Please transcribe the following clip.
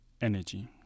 energy